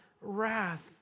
wrath